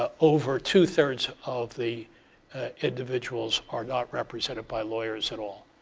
ah over two thirds of the individuals are not represented by lawyers at all.